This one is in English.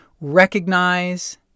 recognize